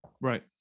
Right